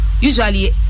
usually